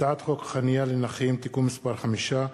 הצעת חוק חנייה לנכים (תיקון מס' 5),